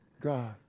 God